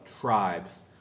tribes